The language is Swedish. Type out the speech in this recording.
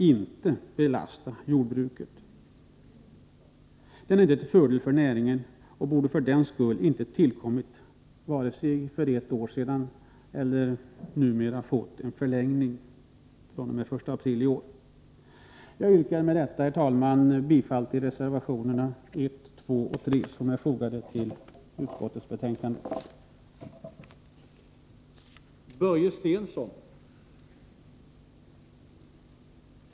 Investeringsstoppet är inte till fördel för näringen och borde för den skull inte ha tillkommit för ett år sedan — än mindre förlängas fr.o.m. den 1 april i år. Jag yrkar med detta, herr talman, bifall till de reservationer som är fogade till utskottets betänkande, reservationerna 1, 2 och 3.